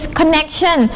connection